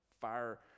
fire